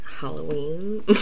Halloween